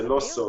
זה לא סוד.